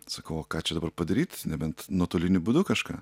sakau o ką čia dabar padaryt nebent nuotoliniu būdu kažką